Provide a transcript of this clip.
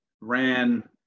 ran